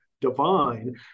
divine